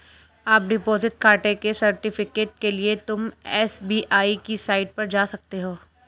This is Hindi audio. अपने डिपॉजिट खाते के सर्टिफिकेट के लिए तुम एस.बी.आई की साईट पर जा सकते हो